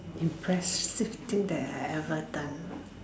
impressive thing that I have ever done ah